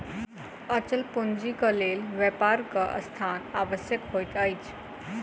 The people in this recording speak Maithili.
अचल पूंजीक लेल व्यापारक स्थान आवश्यक होइत अछि